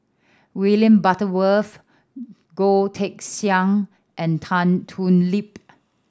William Butterworth Goh Teck Sian and Tan Thoon Lip